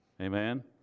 Amen